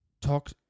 Talk